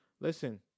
listen